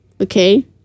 okay